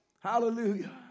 Hallelujah